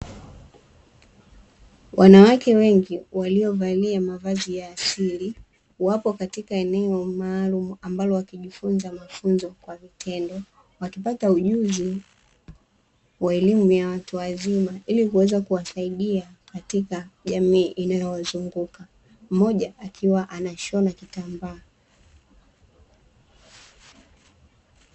Wanawake wengi waliovalia mavazi ya asili wapo katika eneo maalumu ambalo wakijifunza mafunzo kwa vitendo, wakipata ujuzi wa elimu ya watu wazima ili kuweza kuwasaidia katika jamii inayowazunguka mmoja akiwa anashona kitambaa.